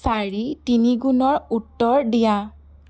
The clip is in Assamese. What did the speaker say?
চাৰি তিনিগুণৰ উত্তৰ দিয়া